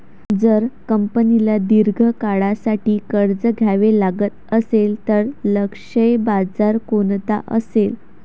जर कंपनीला दीर्घ काळासाठी कर्ज घ्यावे लागत असेल, तर लक्ष्य बाजार कोणता असेल?